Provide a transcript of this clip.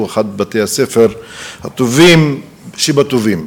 הוא אחד מבתי-הספר הטובים שבטובים.